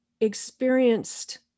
experienced